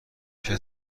کسی